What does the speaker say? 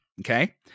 Okay